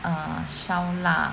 啊烧腊